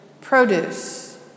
produce